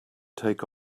take